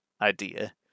idea